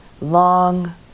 long